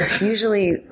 usually